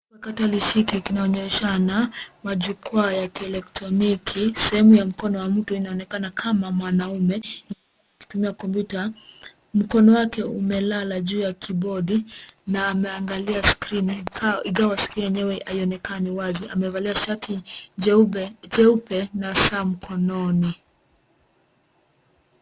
Kipakatalishi kinaonyeshana majukwaa ya kielektroniki. Sehemu ya mkono wa mtu, inaonekana kama mwanaume ikitumiwa kuvuta. Mkono wake umelala juu ya kibodi na anaangalia skrini ingawa skrini yenyewe haionekani wazi. Amevalia shati jeupe na saa mkononi.